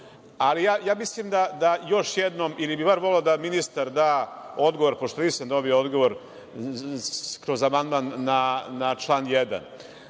Ali mislim da još jednom ili bih bar voleo da ministar da odgovor, pošto nisam dobio odgovor za amandman na član 1.